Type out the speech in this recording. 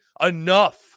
enough